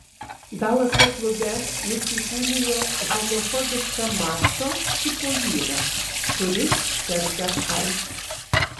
dalaso klube jis įkūnijo homofobišką mačo tipo vyrą kuris serga aids